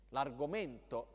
L'argomento